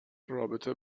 رابطه